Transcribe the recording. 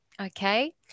Okay